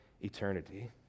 eternity